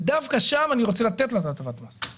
דווקא שם אני רוצה לתת לה את הטבת המס.